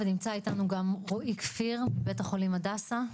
נמצא איתנו גם רועי כפיר, בית חולים הדסה.